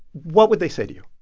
what would they say to you?